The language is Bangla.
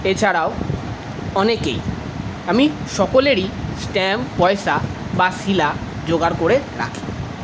এছাড়াও অনেকেই আমি সকলেরই স্ট্যাম্প পয়সা বা শিলা যোগার করে রাখি